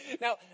now